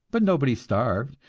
but nobody starved,